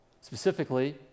Specifically